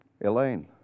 Elaine